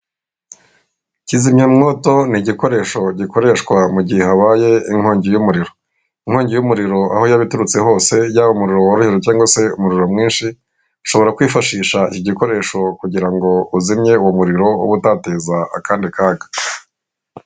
Kizimyawoto ni igikoresho gikoreshwa mu gihe habaye inkongi y'umuriro. Inkongi y'umuriro aho yababiturutse hose yaba umuriro woroheje cyangwa se umuriro mwinshi, ushobora kwifashisha iki gikoresho kugira ngo uzimye uwo muriro wo ube utateza akandi kaga.